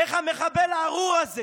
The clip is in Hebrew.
איך המחבל הארור הזה